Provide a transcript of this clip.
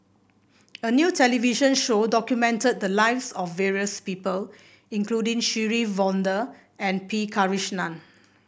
a new television show documented the lives of various people including Shirin Fozdar and P Krishnan